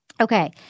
Okay